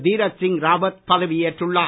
Tirath Singh Rawat பதவியேற்றுள்ளார்